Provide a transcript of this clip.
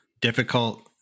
difficult